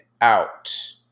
out